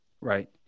Right